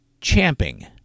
champing